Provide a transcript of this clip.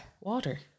Water